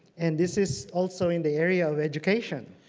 and this is also in the area of education.